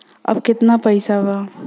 अब कितना पैसा बा?